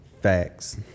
facts